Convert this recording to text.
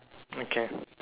okay